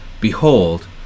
behold